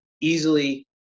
easily